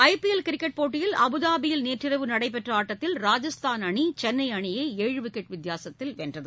IPL cricket போட்டியில் அபுதாபியில் நேற்றிரவு நடைபெற்ற ஆட்டத்தில் ராஜஸ்தான் அணி சென்னை அணியை ஏழு விக்கெட் வித்தியாசத்தில் வென்றது